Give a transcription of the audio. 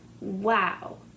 Wow